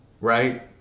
right